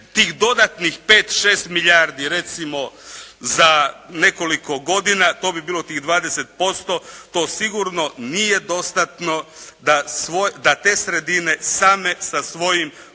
tih dodatnih 5, 6 milijardi recimo za nekoliko godina to bi bilo tih 20%. To sigurno nije dostatno da te sredine same sa svojim počinju